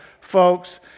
folks